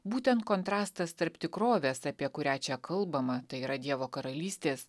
būtent kontrastas tarp tikrovės apie kurią čia kalbama tai yra dievo karalystės